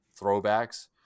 throwbacks